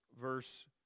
verse